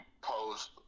post